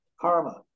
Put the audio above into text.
Karma